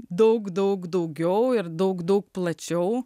daug daug daugiau ir daug daug plačiau